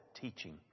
teaching